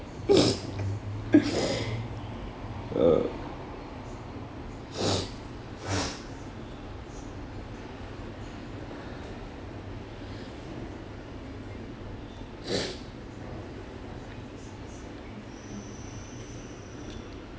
uh